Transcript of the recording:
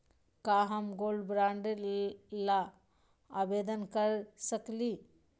का हम gold bond ल आवेदन कर सकली?